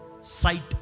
sight